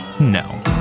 No